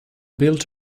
built